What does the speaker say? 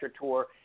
tour